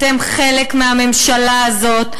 אתם חלק מהממשלה הזאת.